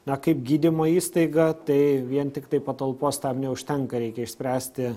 na kaip gydymo įstaiga tai vien tiktai patalpos tam neužtenka reikia išspręsti